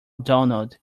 donald